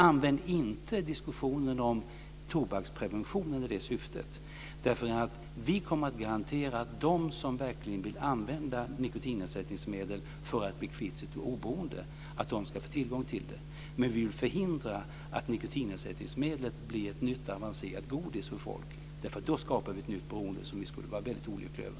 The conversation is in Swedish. Använd inte diskussionen om tobaksprevention i det syftet. Vi kommer att garantera att de som verkligen vill använda nikotinersättningsmedel för att bli kvitt sitt beroende kommer att få tillgång till det. Men vi vill förhindra att nikotinersättningsmedlet blir ett nytt avancerat godis för folk. Då skapar vi ett nytt beroende som vi skulle vara olyckliga över.